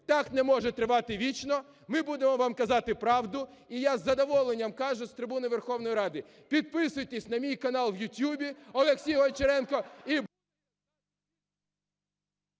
так не може тривати вічно. Ми будемо вам казати правду. І я із задоволенням кажу з трибуни Верховної Ради: підписуйтесь на мій канал в YouTube Олексій Гончаренко